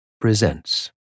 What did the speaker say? Presents